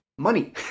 money